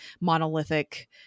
monolithic